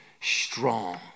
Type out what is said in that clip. strong